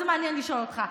מעניין לשאול אותך,